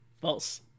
False